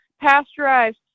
pasteurized